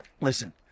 listen